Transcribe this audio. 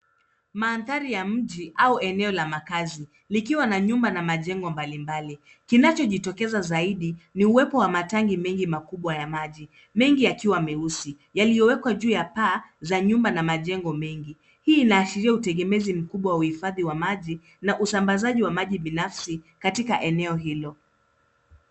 Mandhari ya mji au eneo la makazi likiwa na nyumba na majengo mbalimbali. Kinachojitokeza zaidi ni uwepo wa matangi mengi makubwa ya maji, mengi yakiwa meusi yaliyowekwa juu ya paa za nyumba na majengo mengi. Hii inaashiria utegemezi mkubwa wa uhifadhi wa maji na usambazaji wa maji binafsi katika eneo hilo.